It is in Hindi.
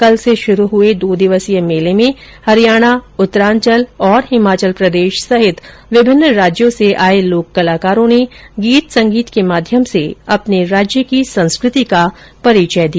कल से शुरू हुए दो दिवसीय मेले में हरियाणा उतरांचल और हिमाचल प्रदेश सहित विभिन्न राज्यों से आए लोक कलाकारों ने गीत संगीत के माध्यम से अपने राज्य की संस्कृति का परिचय दिया